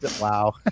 Wow